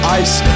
ice